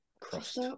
Crossed